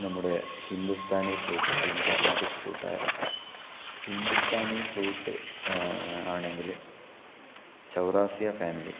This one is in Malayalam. നമ്മുടെ ഹിന്ദുസ്ഥാനി ഫ്ലുട്ടായാലും കര്ണാട്ടിക് ഫ്ലുട്ടായാലും ഹിന്ദുസ്ഥാനി ഫ്ലുട്ട് ആണെങ്കില് ചവറാസിയ ഫാമിലി